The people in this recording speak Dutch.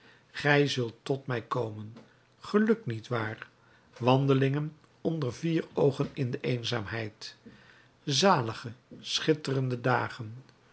gij zult tot mij komen geluk niet waar wandelingen onder vier oogen in de eenzaamheid zalige schitterende dagen